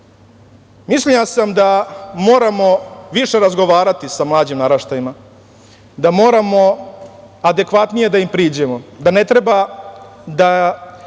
Sadu. Mišljenja sam da moramo više razgovarati sa mlađim naraštajima, da moramo adekvatnije da im priđemo, da ne treba da